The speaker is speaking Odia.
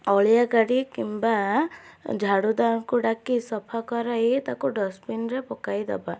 ଅଳିଆ ଗାଡ଼ି କିମ୍ବା ଝାଡ଼ୁଦାରଙ୍କୁ ଡାକି ସଫା କରାଇ ତାକୁ ଡଷ୍ଟପିନ୍ ରେ ପକାଇଦବା